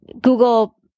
Google